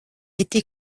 été